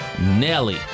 Nelly